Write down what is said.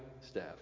staff